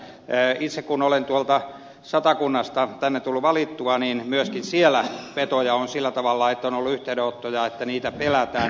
itse kun olen tuolta satakunnasta tänne tullut valittua niin myöskin siellä petoja on sillä tavalla että on ollut yhteydenottoja että niitä pelätään